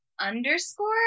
underscore